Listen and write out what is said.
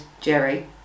Jerry